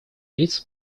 лиц